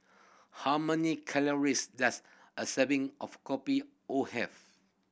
how many calories does a serving of Kopi O have